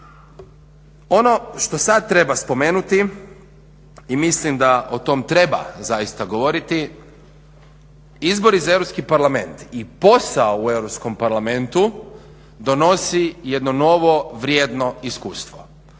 Ono što sad treba spomenuti i mislim da o tom treba zaista govoriti izbori za Europski parlament i posao u Europskom parlamentu donosi jedno novo vrijedno iskustvo.